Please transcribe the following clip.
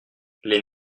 les